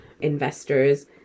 investors